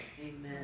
Amen